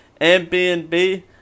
Airbnb